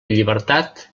llibertat